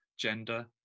gender